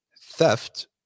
theft